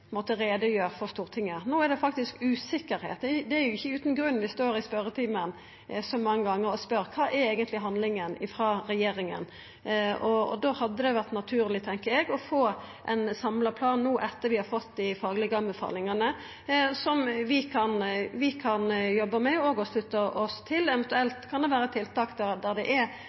for Stortinget. No er det faktisk usikkerheit. Det er jo ikkje utan grunn at vi står i spørjetimen så mange gonger og spør: Kva er eigentleg handlinga frå regjeringa? Da tenkjer eg det hadde vore naturleg å få ein samla plan – etter at vi har fått dei faglege anbefalingane – som vi kan jobba med og slutta oss til. Eventuelt kan det vera tiltak det er